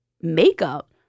makeup